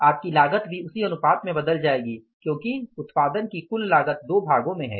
आपकी लागत भी उसी अनुपात में बदल जाएगी क्योंकि उत्पादन की कुल लागत दो भागों में है